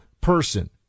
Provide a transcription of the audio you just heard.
person